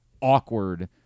awkward